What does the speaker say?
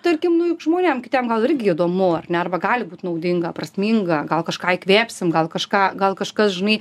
tarkim nu juk žmonėm kitiem gal irgi įdomu ar ne arba gali būt naudinga prasminga gal kažką įkvėpsim gal kažką gal kažkas žinai